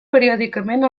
periòdicament